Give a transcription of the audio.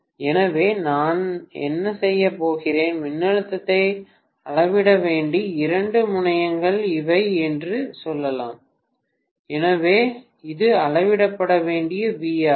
எனவே நான் என்ன செய்யப் போகிறேன் மின்னழுத்தத்தை அளவிட வேண்டிய இரண்டு முனையங்கள் இவை என்று சொல்லலாம் எனவே இது அளவிடப்பட வேண்டிய V ஆகும்